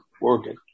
working